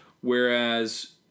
Whereas